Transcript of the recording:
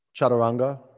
chaturanga